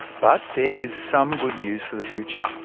but there is some good news for the future.